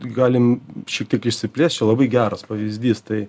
galim šiek tiek išsiplėst čia labai geras pavyzdys tai